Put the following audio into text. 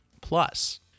Plus